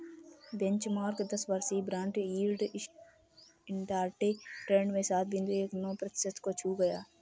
benchmark दस वर्षीय bond yield intraday trade में सात बिंदु एक नौ प्रतिशत को छू गया